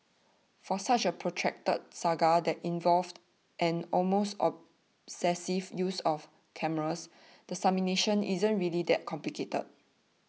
for such a protracted saga that involved an almost obsessive use of cameras the summation isn't really that complicated